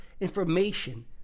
information